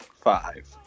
Five